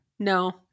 No